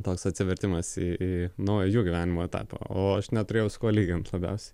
toks atsivertimas į į naują jų gyvenimo etapą o aš neturėjau su kuo lygint labiausiai